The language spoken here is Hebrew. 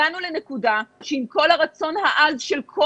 הגענו לנקודה שעם כל הרצון העז של כל